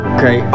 Okay